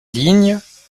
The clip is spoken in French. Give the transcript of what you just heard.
lignes